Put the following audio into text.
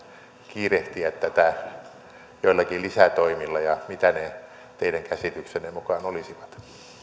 kiirehtiä tätä joillakin lisätoimilla ja mitä ne teidän käsityksenne mukaan olisivat